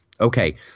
Okay